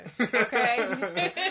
Okay